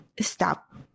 stop